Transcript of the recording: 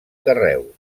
carreus